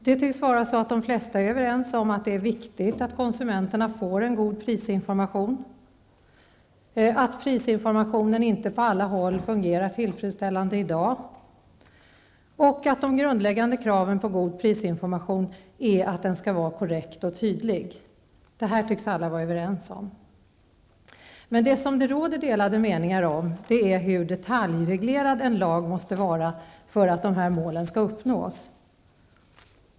Det tycks vara så att de flesta är överens om att det är viktigt att konsumenterna får en god prisinformation, att prisinformationen inte på alla håll i dag fungerar tillfredsställande och att de grundläggande kraven på god prisinformation är att den skall vara korrekt och tydlig. Det tycks alla vara överens om. Men det som det råder delade meningar om är hur detaljreglerad en lag måste vara för att dessa mål skall uppnås.